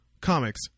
comics